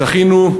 זכינו,